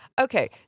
okay